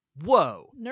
whoa